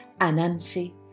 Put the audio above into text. Anansi